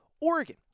Oregon